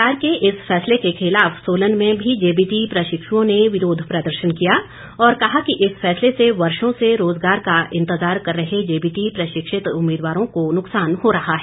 सरकार के इस फैसले के खिलाफ सोलन में भी जेबीटी प्रशिक्षुओं ने विरोध प्रदर्शन किया और कहा कि इस फैसले से वर्षों से रोजगार का इंतजार कर रहे जेबीटी प्रशिक्षित उम्मीदवारों को नुकसान हो रहा है